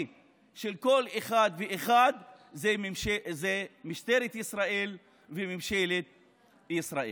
של כל אחד ואחד זה משטרת ישראל וממשלת ישראל.